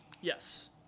Yes